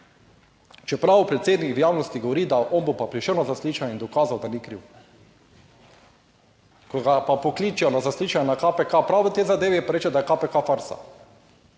čeprav predsednik v javnosti govori, da on bo pa prišel na zaslišanje in dokazal, da ni kriv. Ko ga pa pokličejo na zaslišanje na KPK prav v tej zadevi, pa reče, da je KPK farsa